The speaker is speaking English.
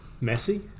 Messy